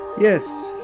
yes